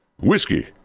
Whiskey